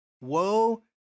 Woe